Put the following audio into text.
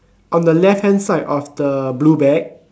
on the left hand side of the blue bag